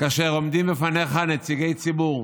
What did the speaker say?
כאשר עומדים לפניך נציגי ציבור,